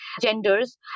genders